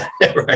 right